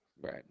Right